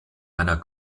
einer